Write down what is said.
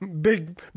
Big